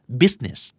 business